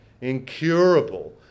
incurable